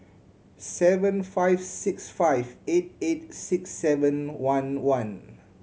seven five six five eight eight six seven one one